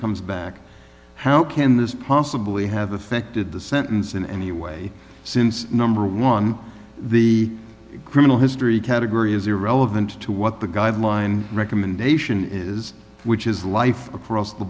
comes back how can this possibly have affected the sentence in any way since number one the criminal history category is irrelevant to what the guideline recommendation is which is life across the